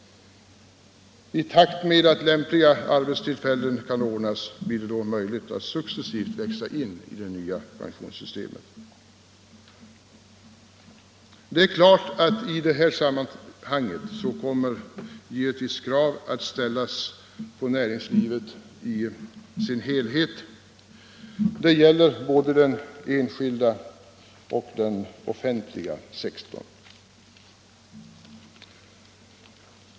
I takt med att lämpliga arbetstillfällen kan ordnas blir det möjligt att successivt växa in i det nya pensionssystemet. I detta sammanhang kommer givetvis krav att ställas på näringslivet i sin helhet — det gäller både den enskilda och den offentliga sektorn.